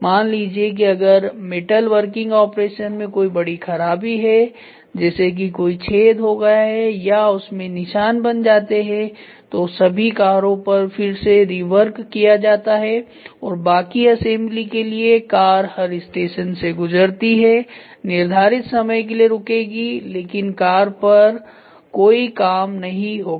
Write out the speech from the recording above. मान लीजिए कि अगर मेटल वर्किंग ऑपरेशन में कोई बड़ी खराबी है जैसे कि कोई छेद हो गया है या उसमें निशान बन जाते हैं तो सभी कारों पर फिर से रिवर्क किया जाता है और बाकी असेंबली के लिए कार हर स्टेशन से गुजरेगी निर्धारित समय के लिए रुकेगी लेकिन कार पर कोई काम नहीं होगा